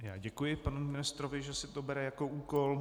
Já děkuji panu ministrovi, že si to bere jako úkol.